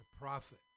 profit